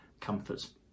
comforts